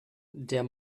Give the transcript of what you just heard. der